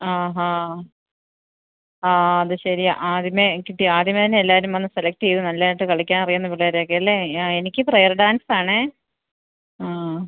ആ ഹാ ആ അത് ശരിയാണ് ആദ്യമേ കിട്ടി ആദ്യമേ തന്നെ എല്ലാവരും വന്ന് സെലക്റ്റ് ചെയ്ത് നന്നായിട്ട് കളിക്കാന് അറിയാവുന്ന പിള്ളേരെയൊക്കെ അല്ലേ ആ എനിക്ക് പ്രെയര് ഡാന്സാണ് ആ